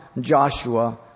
Joshua